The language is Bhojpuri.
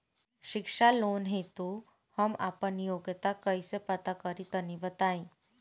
शिक्षा लोन हेतु हम आपन योग्यता कइसे पता करि तनि बताई?